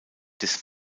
des